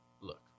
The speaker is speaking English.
look